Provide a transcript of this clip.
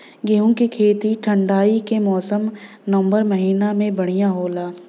गेहूँ के खेती ठंण्डी के मौसम नवम्बर महीना में बढ़ियां होला?